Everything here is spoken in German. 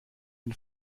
den